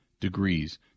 degrees